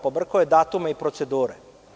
Pobrkao je datume i procedure.